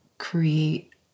create